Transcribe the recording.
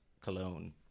cologne